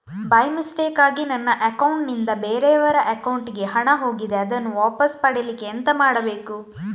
By ಮಿಸ್ಟೇಕಾಗಿ ನನ್ನ account ನಿಂದ ಬೇರೆಯವರ ಅಕೌಂಟ್ ಗೆ ಹಣ ಹೋಗಿದೆ ಅದನ್ನು ವಾಪಸ್ ಪಡಿಲಿಕ್ಕೆ ಎಂತ ಮಾಡಬೇಕು?